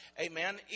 Amen